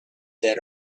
that